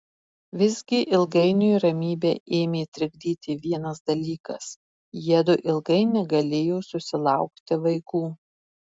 visgi ilgainiui ramybę ėmė trikdyti vienas dalykas jiedu ilgai negalėjo susilaukti vaikų